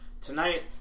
Tonight